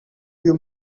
you